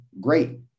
great